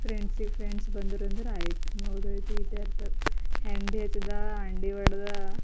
ಫ್ರೆಂಡ್ಸಿಗೆ ಫ್ರೆಂಡ್ಸ್ ಬಂದರು ಅಂದರೆ ಆಯಿತು ಮುಗಿದೋಯ್ತು ಈಟೆ ಇರ್ತದೆ ಹೆಂಡಿ ಹಚ್ದೆ ಅಂಡಾ ಒಡ್ದೆ